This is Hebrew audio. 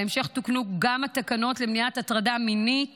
בהמשך תוקנו גם התקנות למניעת הטרדה מינית